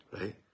Right